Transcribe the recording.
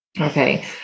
Okay